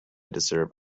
deserve